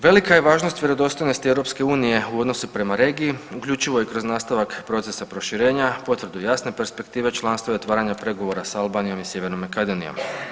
Velika je važnost i vjerodostojnost EU u odnosu prema regiji uključivoj kroz nastavak procesa proširenja, potvrdu jasne perspektive članstva i otvaranja pregovora s Albanijom i Sjevernom Makedonijom.